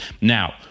Now